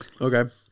Okay